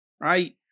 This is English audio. Right